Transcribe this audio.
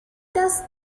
does